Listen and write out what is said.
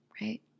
right